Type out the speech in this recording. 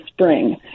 spring